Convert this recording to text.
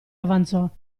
avanzò